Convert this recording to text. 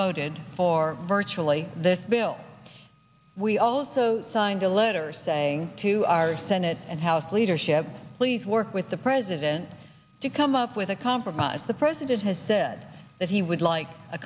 voted for virtually this bill we also signed a letter saying to our senate and house leadership please work with the president to come up with a compromise the president has said that he would like a